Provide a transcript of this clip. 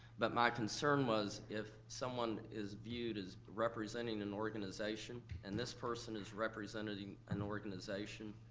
but my concern was if someone is viewed as representing an organization and this person is representing an organization,